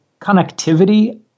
connectivity